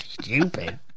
Stupid